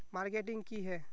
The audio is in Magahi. मार्केटिंग की है?